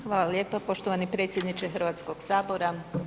Hvala lijepo poštovani predsjedniče HS-a.